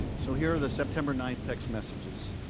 so here are the september ninth text messages.